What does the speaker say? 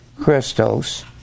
Christos